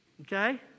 Okay